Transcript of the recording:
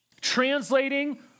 translating